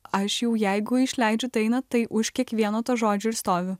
aš jau jeigu išleidžiu dainą tai už kiekvieno to žodžio ir stoviu